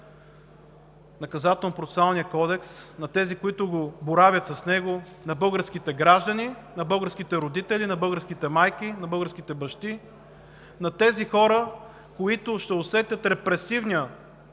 на Наказателно-процесуалния кодекс, на тези, които боравят с него – на българските граждани, на българските родители, на българските майки, на българските бащи, на тези хора, които ще усетят репресивния